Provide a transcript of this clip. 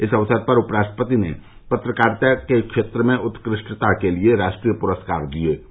इस अवसर पर उपराष्ट्रपति ने पत्रकारिता के क्षेत्र में उत्कृष्टता के लिए राष्ट्रीय प्रस्कार प्रदान किए